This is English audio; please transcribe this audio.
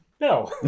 No